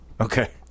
Okay